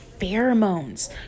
pheromones